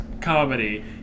comedy